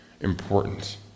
important